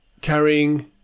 carrying